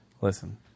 Listen